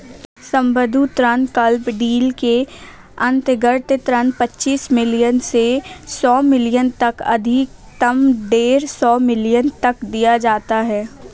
सम्बद्ध ऋण club deal के अंतर्गत ऋण पच्चीस मिलियन से सौ मिलियन तक अधिकतम डेढ़ सौ मिलियन तक दिया जाता है